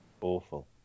Awful